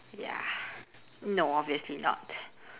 ya no obviously not